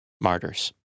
Martyrs